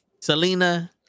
Selena